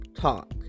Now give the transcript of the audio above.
talk